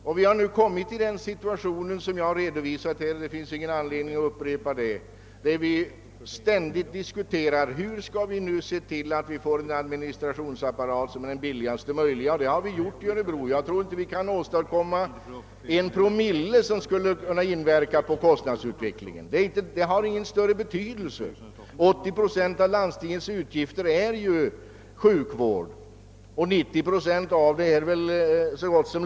Som jag tidigare framhållit har vi nu kommit i en situation där vi ständigt diskuterar hur vi skall kunna få billigast möjliga administrationsapparat. I Örebro län har vi kommit så långt att jag tror att vi inte ens med en promille kan påverka kostnadsutvecklingen. 80 procent av landstingens utgifter går till sjukvården, och 90 procent av detta torde vara lönekostnader.